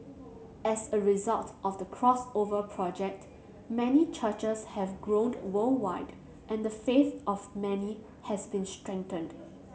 as a result of the Crossover Project many churches have grown worldwide and the faith of many has been strengthened